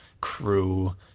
crew